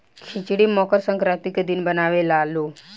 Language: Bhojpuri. खिचड़ी मकर संक्रान्ति के दिने बनावे लालो